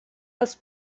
els